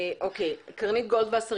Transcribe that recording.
קרנית גולדווסר